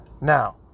now